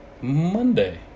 Monday